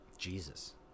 Jesus